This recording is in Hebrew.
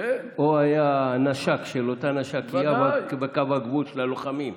או היה הנשק של אותה נשקייה בקו הגבול של הלוחמים.